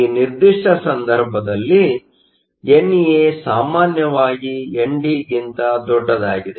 ಈ ನಿರ್ದಿಷ್ಟ ಸಂದರ್ಭದಲ್ಲಿ ಎನ್ಎ ಸಾಮಾನ್ಯವಾಗಿ ಎನ್ಡಿಗಿಂತ ದೊಡ್ಡದಾಗಿದೆ